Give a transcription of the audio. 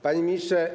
Panie Ministrze!